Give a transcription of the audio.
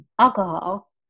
alcohol